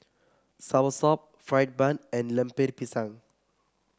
Soursop Fried Bun and Lemper Pisang